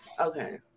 okay